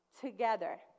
together